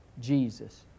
Jesus